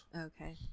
Okay